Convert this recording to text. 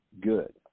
good